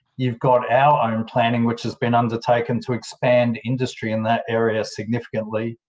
you've got our own planning which has been undertaken to expand industry in that area significantly.